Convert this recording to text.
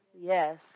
Yes